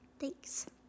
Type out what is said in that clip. Thanks